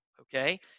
okay